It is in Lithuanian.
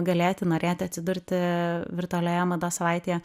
galėti norėti atsidurti virtualioje mados savaitėje